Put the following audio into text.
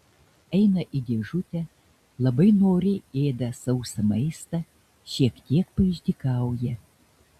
eina į dėžutę labai noriai ėda sausą maistą šiek tiek paišdykauja